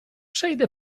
przejdę